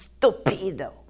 stupido